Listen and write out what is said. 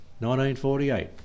1948